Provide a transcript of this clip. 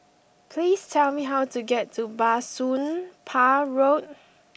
please tell me how to get to Bah Soon Pah Road